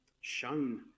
shown